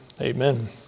amen